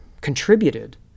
contributed